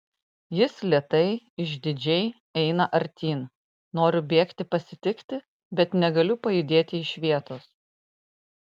jis lėtai išdidžiai eina artyn noriu bėgti pasitikti bet negaliu pajudėti iš vietos